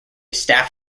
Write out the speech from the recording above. staff